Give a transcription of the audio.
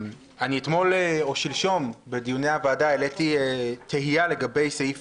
אני אתמול או שלשום העליתי בוועדה תהייה לגבי סעיף